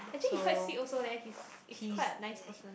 actually he quite sweet also leh he's is quite a nice person